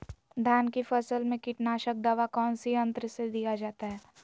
धान की फसल में कीटनाशक दवा कौन सी यंत्र से दिया जाता है?